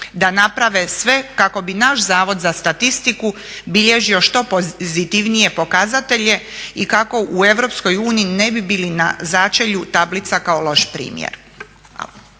da naprave sve kako bi naš Zavod za statistiku bilježio što pozitivnije pokazatelje i kako u EU ne bi bili na začelju tablica kao loš primjer.